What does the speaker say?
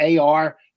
AR